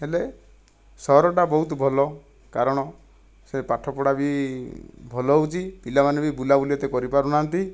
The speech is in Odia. ହେଲେ ସହରଟା ବହୁତ ଭଲ କାରଣ ସେ ପାଠପଢ଼ା ବି ଭଲ ହେଉଛି ପିଲାମାନେ ବି ବୁଲା ବୁଲି ଏତେ କରି ପାରୁନାହାନ୍ତି